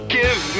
give